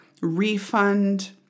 refund